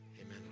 Amen